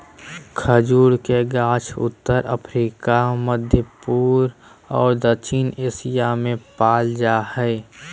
खजूर के गाछ उत्तर अफ्रिका, मध्यपूर्व और दक्षिण एशिया में पाल जा हइ